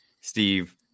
Steve